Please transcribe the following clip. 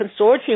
consortium